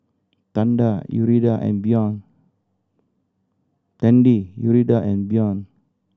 Tanda Yuridia and Bjorn Tandy Yuridia and Bjorn